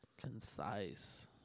Concise